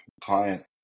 client